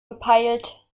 gepeilt